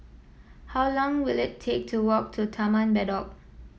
how long will it take to walk to Taman Bedok